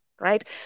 right